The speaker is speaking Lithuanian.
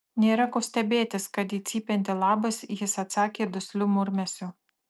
nėra ko stebėtis kad į cypiantį labas jis atsakė dusliu murmesiu